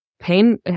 pain